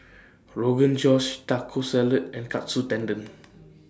Rogan Josh Taco Salad and Katsu Tendon